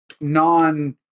non-